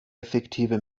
effektive